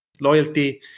loyalty